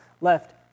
left